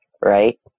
right